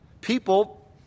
People